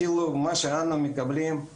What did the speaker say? אני אתחיל דווקא ממה שבאמת פרופ'